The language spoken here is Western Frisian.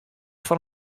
fan